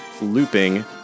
looping